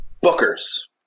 Booker's